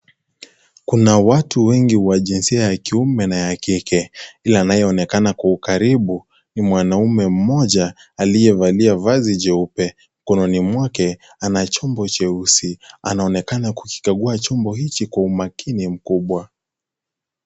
Kuna watu wengi wa jinsia ya kiume na ya kike ila anayeonekana kwa ukaribu ni mwanaume mmoja aliyevalia vazi jeupe. Mikononi mwake ana chombo cheusi. Anaonekana kukikagua chombo hiki kwa umakini mkubwa.